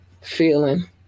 feeling